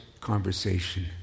conversation